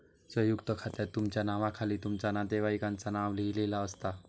संयुक्त खात्यात तुमच्या नावाखाली तुमच्या नातेवाईकांचा नाव लिहिलेला असता